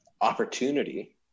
opportunity